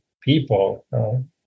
people